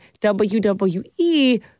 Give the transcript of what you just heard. WWE